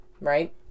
right